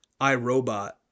iRobot